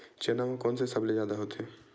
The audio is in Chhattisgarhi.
चना म कोन से सबले जादा होथे?